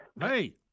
Hey